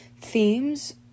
themes